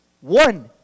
one